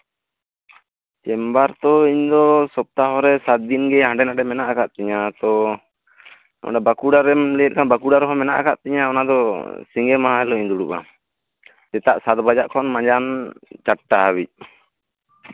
chamber ᱛᱚ ᱤᱧᱫᱚ ᱥᱚᱯᱛᱟᱦᱚᱨᱮ ᱥᱟᱛ ᱫᱤᱱᱜᱮ ᱦᱟᱱᱰᱮ ᱱᱷᱟᱰᱮ ᱢᱮᱱᱟᱜ ᱠᱟᱜ ᱛᱤᱧᱟ ᱛᱳ ᱱᱚᱰᱮ ᱵᱟᱸᱠᱩᱲᱟᱨᱮᱢ ᱞᱟᱹᱭ ᱞᱮᱠᱷᱟᱱ ᱵᱟᱸᱠᱩᱲᱟ ᱨᱮᱦᱚᱸ ᱢᱮᱱᱟᱜ ᱠᱟᱜ ᱛᱤᱧᱟ ᱚᱱᱟ ᱫᱚ ᱥᱤᱸᱜᱮ ᱢᱟᱦᱟ ᱦᱤᱞᱟᱹᱜ ᱤᱧ ᱫᱩᱲᱩᱵᱟ ᱥᱮᱛᱟᱜ ᱥᱟᱛ ᱵᱟᱡᱟᱜ ᱠᱷᱚᱱ ᱢᱟᱡᱟᱨ ᱥᱟᱛᱴᱟ ᱵᱟᱡᱟᱜ ᱦᱟᱹᱵᱤᱡ